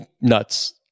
nuts